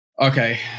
Okay